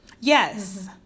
Yes